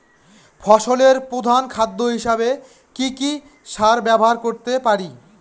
ফসলের প্রধান খাদ্য হিসেবে কি কি সার ব্যবহার করতে পারি?